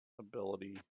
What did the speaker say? ability